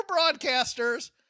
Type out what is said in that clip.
broadcasters